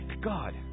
God